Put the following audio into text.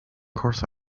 course